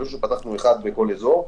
לא רק אחד בכל אזור.